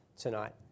tonight